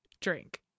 drink